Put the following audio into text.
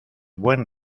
buen